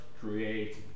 create